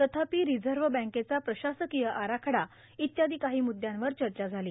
तथापि रिझर्व्ह बँकेचा प्रशासकीय आराखडा इत्यादी काही मुद्यांवर चर्चा झाली